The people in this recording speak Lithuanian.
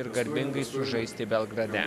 ir garbingai sužaisti belgrade